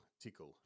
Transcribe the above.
tickle